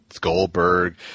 Goldberg